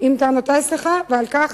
ועל כך